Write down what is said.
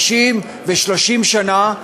ו-50 ו-30 שנה,